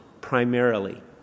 primarily